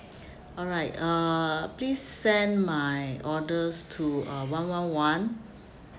alright uh please send my orders to uh one one one